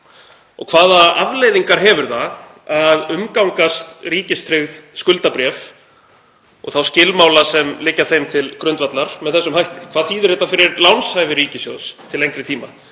á? Hvaða afleiðingar hefur það að umgangast ríkistryggð skuldabréf og þá skilmála sem liggja þeim til grundvallar með þessum hætti? Hvað þýðir þetta fyrir lánshæfi ríkissjóðs til lengri tíma?